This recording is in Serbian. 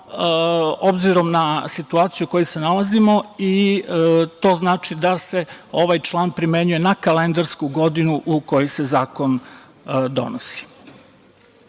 obzirom na situaciju u kojoj se nalazimo. To znači da se ovaj član primenjuje na kalendarsku godinu u kojoj se zakon donosi. Kao